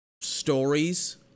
stories